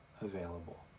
available